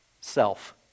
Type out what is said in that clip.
Self